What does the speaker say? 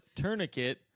Tourniquet